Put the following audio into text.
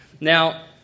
Now